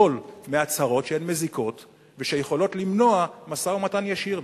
לחדול מהצהרות שהן מזיקות ויכולות למנוע משא-ומתן ישיר.